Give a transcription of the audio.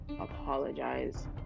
apologize